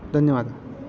धन्यवादः